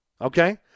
Okay